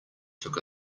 took